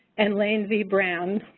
and lane v. brown.